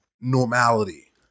normality